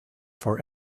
for